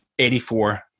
84